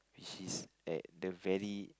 she's at the very